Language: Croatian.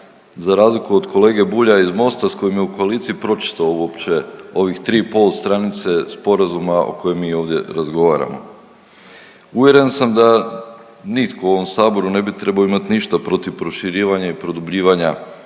za razliku od kolege Bulja iz Mosta s kojim je u koaliciji pročitao uopće ovih tri i pol stranice sporazuma o kojem mi ovdje razgovaramo. Uvjeren sam da nitko u ovom Saboru ne bi trebao imat ništa protiv proširivanja i produbljivanja